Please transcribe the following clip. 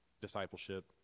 discipleship